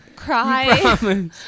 cry